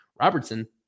Robertson